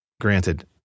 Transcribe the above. granted